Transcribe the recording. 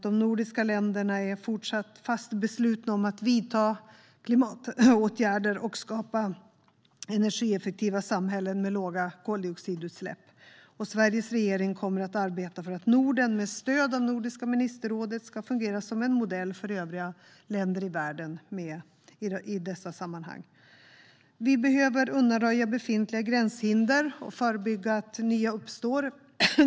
De nordiska länderna är fortsatt fast beslutna om att vidta klimatåtgärder och skapa energieffektiva samhällen med låga koldioxidutsläpp. Sveriges regering kommer att arbeta för att Norden, med stöd av Nordiska ministerrådet, ska fungera som en modell för övriga länder i världen i dessa sammanhang. Vi behöver undanröja befintliga gränshinder och förebygga att nya uppstår.